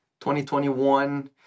2021